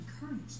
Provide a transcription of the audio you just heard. encouraged